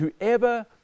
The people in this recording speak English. whoever